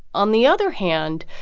on the other hand,